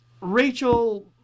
Rachel